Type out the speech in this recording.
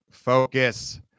Focus